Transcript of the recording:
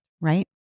right